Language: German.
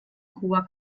hoher